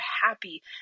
happy